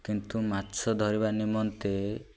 କିନ୍ତୁ ମାଛ ଧରିବା ନିମନ୍ତେ